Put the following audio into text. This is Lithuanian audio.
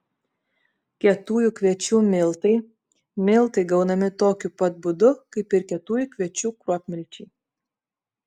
kietųjų kviečių miltai miltai gaunami tokiu pat būdu kaip ir kietųjų kviečių kruopmilčiai